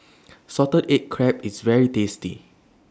Salted Egg Crab IS very tasty